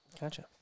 Gotcha